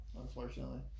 unfortunately